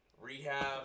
Rehab